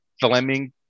Fleming